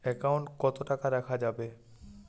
Account কত টাকা রাখা যাবে?